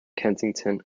kensington